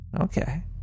Okay